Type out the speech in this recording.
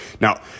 Now